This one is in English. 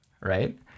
right